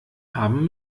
haben